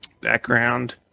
background